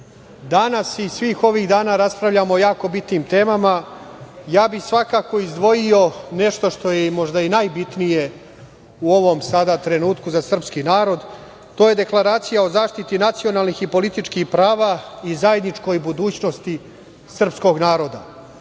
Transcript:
danas i svih ovih dana raspravljamo o jako bitnim temama. Ja bih svakako izdvojio nešto što je možda i najbitnije u ovom sada trenutku za srpski narod, to je Deklaracija o zaštiti nacionalnih i političkih prava i zajedničkoj budućnosti srpskog naroda.